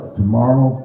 tomorrow